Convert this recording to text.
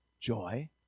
joy